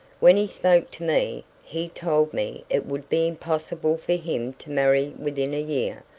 when he spoke to me he told me it would be impossible for him to marry within a year.